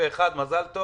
הוא